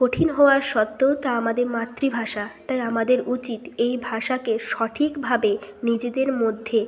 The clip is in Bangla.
কঠিন হওয়ার সত্ত্বেও তা আমাদের মাতৃভাষা তাই আমাদের উচিত এই ভাষাকে সঠিকভাবে নিজেদের মধ্যে